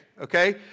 okay